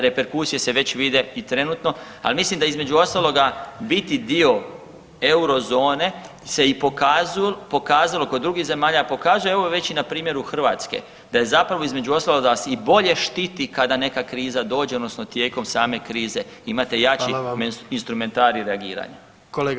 Reperkusije se već vide i trenutno, ali mislim da između ostaloga biti dio Eurozone se pokazalo kod drugih zemalja, a pokazuje već i na primjeru Hrvatske da je zapravo između ostalog da vas i bolje štiti kada neka kriza dođe odnosno tijekom same krize imate jači [[Upadica: Hvala vam.]] instrumentarij reagiranja.